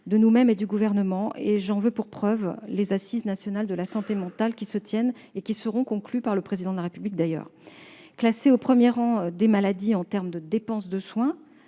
constante du Gouvernement, et j'en veux pour preuve les assises nationales de la santé mentale, qui se tiennent depuis hier, et qui seront conclues par le Président de la République. Classés au premier rang des maladies en termes de dépenses de soins,